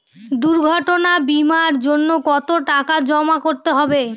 দুর্ঘটনা বিমার জন্য কত টাকা জমা করতে হবে?